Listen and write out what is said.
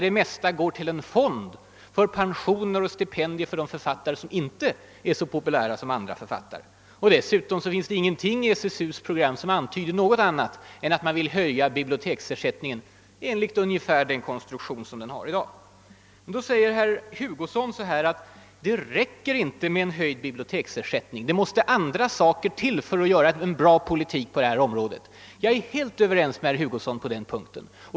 Det mesta går ju till en fond för pensioner och stipendier, även till författare som inte är så populära. Dessutom finns det ingenting i SSU:s program, som antyder något annat än att man vill höja biblioteksersättningen enligt ungefär den konstruktion den har 1 dag. Men nu säger herr Hugosson att det inte räcker med en höjd biblioteksersättning. Annat behövs därutöver för att det skall bli en bra politik på det här området. Jag är helt överens med herr Hugosson på den punkten.